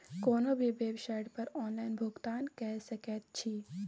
कोनो भी बेवसाइट पर ऑनलाइन भुगतान कए सकैत छी